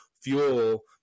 fuel